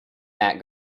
that